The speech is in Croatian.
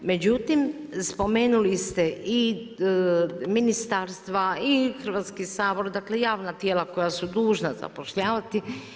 Međutim, spomenuli ste i ministarstva i Hrvatski sabor, dakle javna tijela koja su dužna zapošljavati.